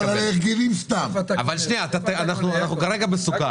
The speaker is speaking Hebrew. אנחנו כרגע מדברים על סוכר.